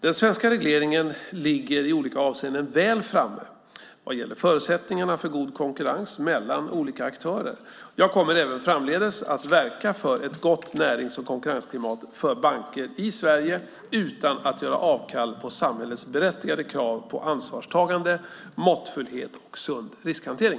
Den svenska regleringen ligger i olika avseenden väl framme vad gäller förutsättningarna för god konkurrens mellan olika aktörer. Jag kommer även framdeles verka för ett gott närings och konkurrensklimat för banker i Sverige utan att göra avkall på samhällets berättigade krav på ansvarstagande, måttfullhet och sund riskhantering.